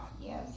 Yes